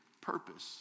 purpose